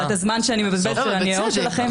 ואת הזמן שאני מבזבזת על הניירות שלכם,